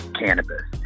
cannabis